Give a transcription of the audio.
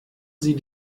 sie